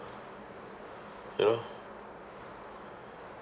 ya lah